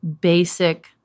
basic